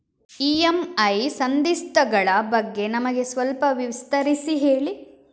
EMI ಸಂಧಿಸ್ತ ಗಳ ಬಗ್ಗೆ ನಮಗೆ ಸ್ವಲ್ಪ ವಿಸ್ತರಿಸಿ ಹೇಳಿ